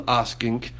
asking